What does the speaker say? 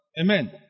Amen